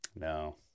no